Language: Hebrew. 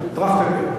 טרכטנברג?